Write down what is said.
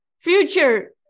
Future